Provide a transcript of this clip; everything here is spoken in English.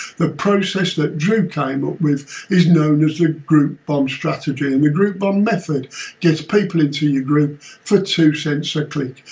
the process that drew came up with is known as the group bomb strategy. and the group bomb method gets people into your group for two cents a click!